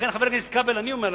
לכן, חבר הכנסת כבל, אני אומר לך,